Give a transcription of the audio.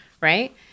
Right